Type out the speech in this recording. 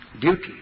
Duty